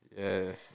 Yes